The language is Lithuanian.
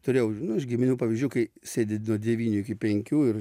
turėjau nu iš giminių pavyzdžių kai sėdi nuo devynių iki penkių ir